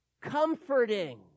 comforting